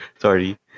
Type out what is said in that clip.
sorry